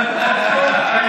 והכול טוב?